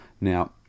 Now